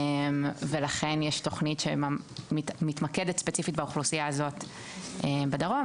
ולכן יש תכנית שמתמקדת ספציפית באוכלוסייה הזאת בדרום,